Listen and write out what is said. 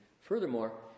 furthermore